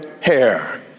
hair